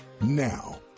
Now